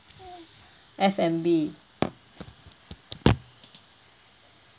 F and B